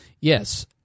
Yes